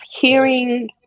hearing